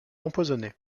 empoisonné